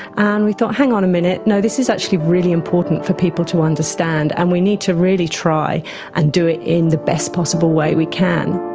and we thought, hang on a minute, no, this is actually really important for people to understand and we need to really try and do it in the best possible way we can.